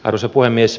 arvoisa puhemies